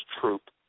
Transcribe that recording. Troop